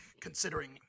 considering